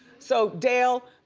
so dale,